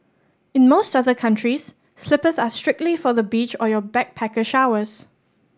in most other countries slippers are strictly for the beach or your backpacker showers